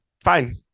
fine